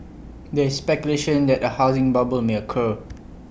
there is speculation that A housing bubble may occur